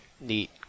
neat